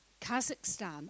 Kazakhstan